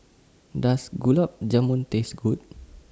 Does Gulab Jamun Taste Good